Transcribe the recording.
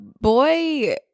boy